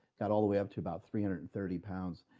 got all the way up to about three hundred and thirty pounds.